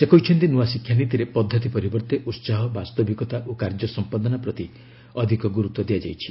ସେ କହିଛନ୍ତି ନୂଆ ଶିକ୍ଷାନୀତିରେ ପଦ୍ଧତି ପରିବର୍ତ୍ତେ ଉସାହ ବାସ୍ତବିକତା ଓ କାର୍ଯ୍ୟ ସମ୍ପାଦନା ପ୍ରତି ଅଧିକ ଗୁରୁତ୍ୱ ଦିଆଯାଇଛି